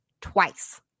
twice